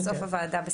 בסדר גמור.